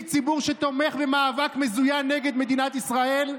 ציבור שתומך במאבק מזוין נגד מדינת ישראל?